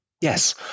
Yes